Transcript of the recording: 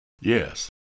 Yes